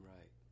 Right